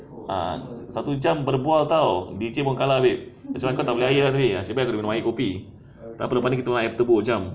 ah satu jam berbual [tau] D_J pun kalah babe asal kau tak beli air nasib baik minum air kopi takpe lepas ni kita minum air tebu cam